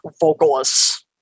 vocalists